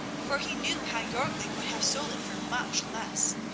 for he knew how jorgli would have sold it for much less.